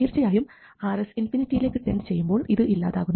തീർച്ചയായും Rs ഇൻഫിനിറ്റിയിലേക്ക് tend ചെയ്യുമ്പോൾ ഇത് ഇല്ലാതാകുന്നു